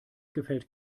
gefällt